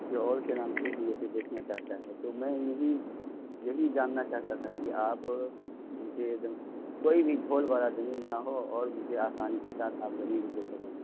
کسی اور کے نام سے ہے یا پھر بیچنا چاہتا ہے تو میں یہی یہی جاننا چاہتا تھا کہ آپ مجھے ایک دم کوئی بھی جھول والا زمین نہ ہو اور مجھے آسانی کے ساتھ آپ زمین بھی بیچ سکیں